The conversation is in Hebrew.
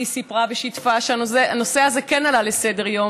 היא סיפרה ושיתפה: הנושא הזה כן עלה לסדר-היום